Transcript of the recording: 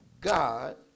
God